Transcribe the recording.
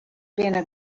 binne